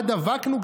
שבה דבקנו,